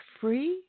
free